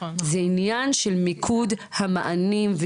זה עניין של מיקוד המענים.